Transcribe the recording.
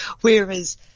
whereas